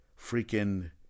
freaking